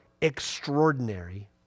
extraordinary